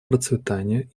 процветания